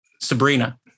Sabrina